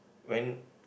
when